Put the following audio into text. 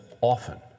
often